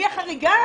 אני החריגה.